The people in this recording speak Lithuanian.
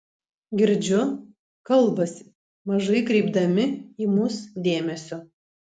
girdžiu kalbasi mažai kreipdami į mus dėmesio